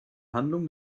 handlung